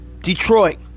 Detroit